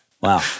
Wow